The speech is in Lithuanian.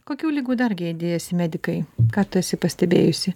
kokių ligų dar gėdijasi medikai ką tu esi pastebėjusi